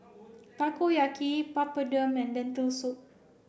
Takoyaki Papadum and Lentil soup